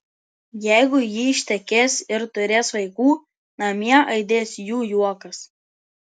jeigu ji ištekės ir turės vaikų namie aidės jų juokas